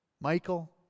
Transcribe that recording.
Michael